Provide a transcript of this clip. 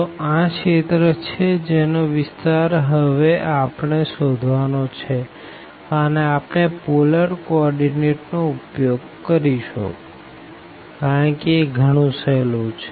તો આ એ રિજિયન છે જેનો વિસ્તાર હવે આપણે શોધવાનો છેઅને આપણે પોલર કો ઓર્ડીનેટ નો ઉપયોગ કરીશું કારણ કે એ ગણું સહેલું છે